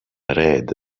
red